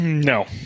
No